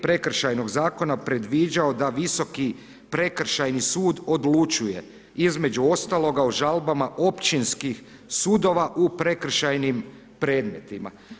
Prekršajnog zakona predviđao da visoki prekršajni sud odlučuje između ostaloga, o žalbama općinskih sudova u prekršajnim predmetima.